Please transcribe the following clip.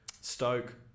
Stoke